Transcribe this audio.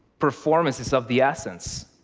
performance is of the essence.